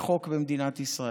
בחוק במדינת ישראל,